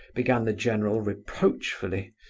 began the general, reproachfully.